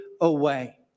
away